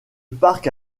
parc